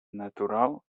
natural